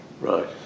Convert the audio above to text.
Right